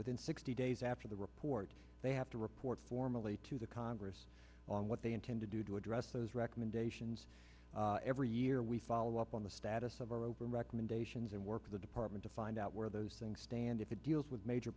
within sixty days after the report they have to report formally to the congress on what they intend to do to address those recommendations every year we follow up on the status of our over recommendations and work with the department to find out where those things stand if it deals with major